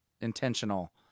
intentional